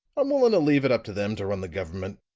i'm willing to leave it up to them to run the government.